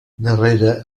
darrere